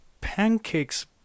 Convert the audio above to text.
pancakes